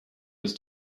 was